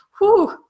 whoo